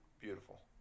beautiful